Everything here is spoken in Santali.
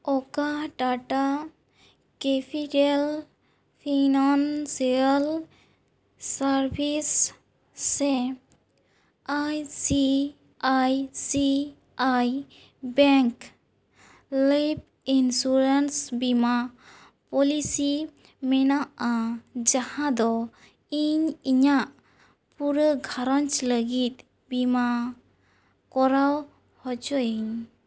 ᱚᱠᱟ ᱴᱟᱴᱟ ᱠᱮᱯᱤᱴᱟᱞ ᱯᱷᱟᱭᱱᱟᱱᱥᱤᱭᱟᱞ ᱥᱟᱨᱵᱷᱤᱥ ᱥᱮ I C I C I bank life insurance ᱵᱤᱢᱟᱹ ᱯᱚᱞᱤᱥᱤ ᱢᱮᱱᱟᱜᱼᱟ ᱡᱟᱦᱟᱸ ᱫᱚ ᱤᱧ ᱤᱧᱟᱜ ᱯᱩᱨᱟᱹ ᱜᱷᱟᱨᱚᱸᱡᱽ ᱞᱟᱹᱜᱤᱫ ᱵᱤᱢᱟᱭ ᱠᱚᱨᱟᱣ ᱦᱚᱪᱚᱭᱟᱹᱧ